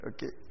Okay